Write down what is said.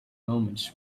moments